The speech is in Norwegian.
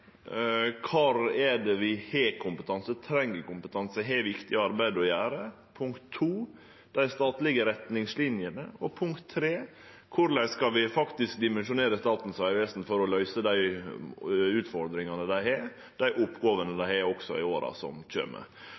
vi har kompetanse, treng kompetanse og har viktig arbeid å gjere, punkt to, dei statlege retningslinjene, og punkt tre, korleis vi skal dimensjonere Statens vegvesen for å løyse dei utfordringane og dei oppgåvene dei har, også i åra som kjem.